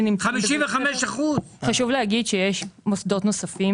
55%. חשוב להגיד שיש מוסדות נוספים